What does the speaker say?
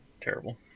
Terrible